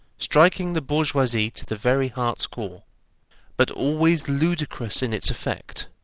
striking the bourgeoisie to the very heart's core but always ludicrous in its effect,